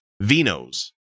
Vino's